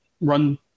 run